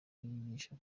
yigisha